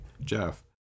Jeff